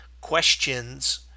questions